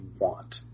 want